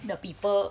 the people